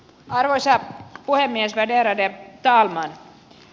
arvoisa puhemies värderade talman